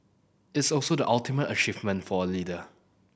it's also the ultimate achievement for a leader